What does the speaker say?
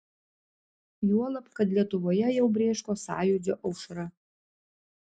juolab kad lietuvoje jau brėško sąjūdžio aušra